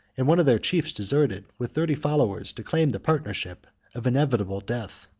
and one of their chiefs deserted, with thirty followers, to claim the partnership of inevitable death.